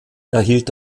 erhielt